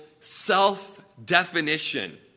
self-definition